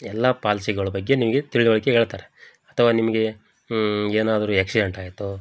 ಎಲ್ಲ ಪಾಲ್ಸಿಗಳ ಬಗ್ಗೆ ನಿಮಗೆ ತಿಳಿವಳ್ಕೆ ಹೇಳ್ತಾರೆ ಅಥವಾ ನಿಮಗೆ ಏನಾದ್ರೂ ಆಕ್ಶಿಡೆಂಟಾಯಿತೋ